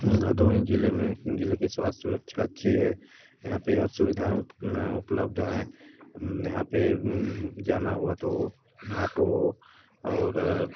भदोही ज़िले में ज़िले की स्वास्थ्य सुरक्षा अच्छी है यहाँ पर हर सुविधा उपलब्ध है यहाँ पर जाना हुआ तो ऑटो और